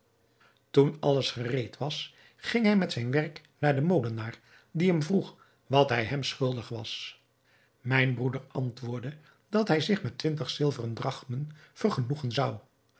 toen alles gereed was ging hij met zijn werk naar den molenaar die hem vroeg wat hij hem schuldig was mijn broeder antwoordde dat hij zich met twintig zilveren drachmen vergenoegen zou